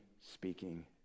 speaking